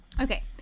Okay